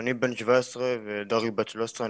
אני בן 17 ודרי בת 13,